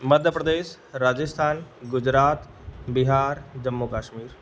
Madhya Pradesh Rajasthan Gujarat Bihar Jammu Kashmir